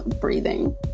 breathing